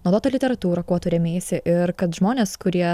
naudotą literatūrą kuo tu rėmeisi ir kad žmonės kurie